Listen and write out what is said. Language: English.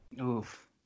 oof